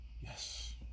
Yes